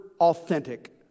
authentic